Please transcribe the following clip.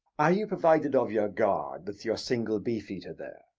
are you provided of your guard, with your single beef-eater there?